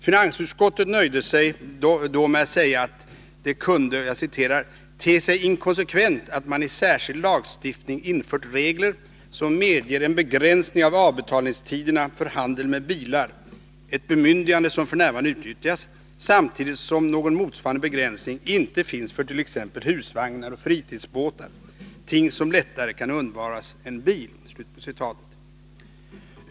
Finansutskottet nöjde sig då med att säga att det kunde ”te sig inkonsekvent att man i särskild lagstiftning infört regler som medger en begränsning av avbetalningstiderna för handeln med bilar — ett bemyndigande som f. n. utnyttjas — samtidigt som någon motsvarande begräsning inte finns för t.ex. husvagnar och fritidsbåtar, ting som lättare kan undvaras än bil”.